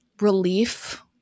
relief